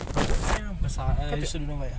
ah aku punya besar err suruh dia bayar